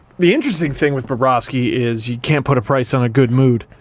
the interesting thing with bobrovsky is, you can't put a price on a good mood.